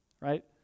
right